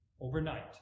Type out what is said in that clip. overnight